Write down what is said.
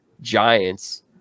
Giants